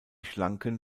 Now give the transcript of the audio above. schlanken